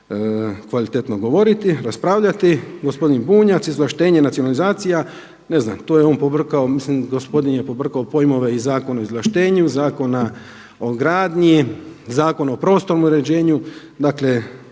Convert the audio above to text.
kvalitetno govoriti, raspravljati. Gospodin Bunjac, izvlaštenje, nacionalizacija. Ne znam, to je on pobrkao. Mislim, gospodin je pobrkao pojmove iz Zakona o izvlaštenju, Zakona o gradnji, Zakona o prostornom uređenju, dakle